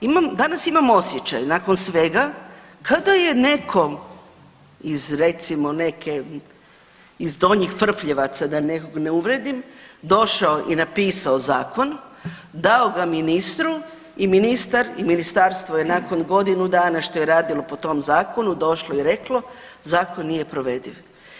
Imam, danas imam osjećaj nakon svega kada je nekom iz recimo neke iz Donjih Frfljevaca da nekog ne uvredim, došao i napisao zakon, dao ga ministru i ministar i ministarstvo je nakon godinu dana što je radilo po tom zakonu došlo i reklo zakon nije provediv.